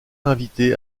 invité